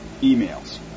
emails